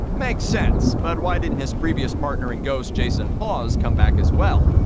makes sense. but, why didn't his previous partner in ghosts, jason hawes, come back as well?